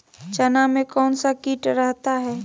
चना में कौन सा किट रहता है?